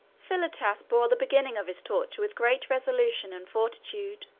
philotas bore the beginning of his torture with great resolution and fortitude.